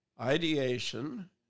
Ideation